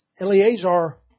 Eleazar